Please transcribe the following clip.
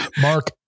Mark